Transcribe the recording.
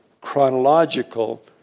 chronological